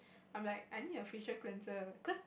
I'm like I need a facial cleanser cause